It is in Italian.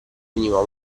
finiva